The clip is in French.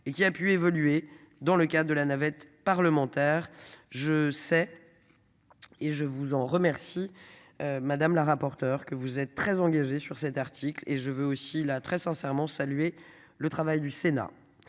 et qui a pu évoluer dans le cas de la navette parlementaire, je sais. Et je vous en remercie. Madame la rapporteure que vous êtes très engagé sur cet article et je veux aussi la très sincèrement saluer le travail du Sénat.